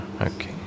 Okay